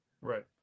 Right